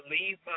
leave